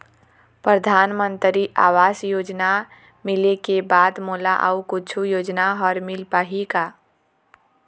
परधानमंतरी आवास योजना मिले के बाद मोला अऊ कुछू योजना हर मिल पाही का?